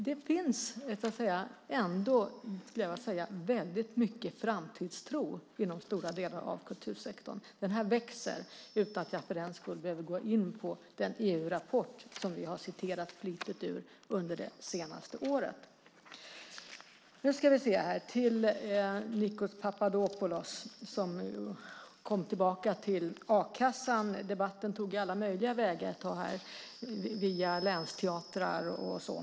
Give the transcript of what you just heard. Det finns ändå mycket framtidstro inom stora delar av kultursektorn, skulle jag vilja säga. Den växer. Detta kan jag säga utan att jag för den sakens skull behöver gå in på den EU-rapport som vi har citerat flitigt ur under det senaste året. Nikos Papadopoulos kom tillbaka till a-kassan. Debatten tog alla möjliga vägar ett tag här via länsteatrar och sådant.